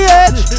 edge